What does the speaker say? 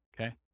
Okay